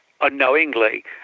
unknowingly